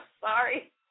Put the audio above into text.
sorry